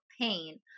pain